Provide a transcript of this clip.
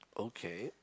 okay